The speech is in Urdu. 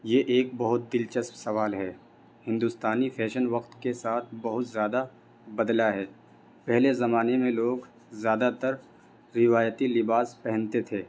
یہ ایک بہت دلچسپ سوال ہے ہندوستانی فیشن وقت کے ساتھ بہت زیادہ بدلا ہے پہلے زمانے میں لوگ زیادہ تر روایتی لباس پہنتے تھے